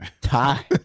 Tie